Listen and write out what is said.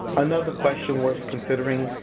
another question worth considering,